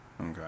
okay